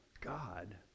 God